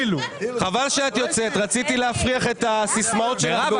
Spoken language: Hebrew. חבל שאת יוצאת, רציתי להפריך את הסיסמאות שלך.